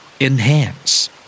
Enhance